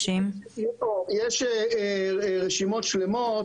יש רשימות שלמות,